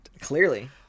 Clearly